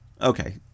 Okay